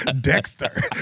Dexter